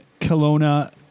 Kelowna